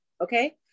okay